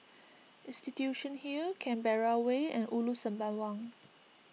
Institution Hill Canberra Way and Ulu Sembawang